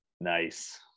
Nice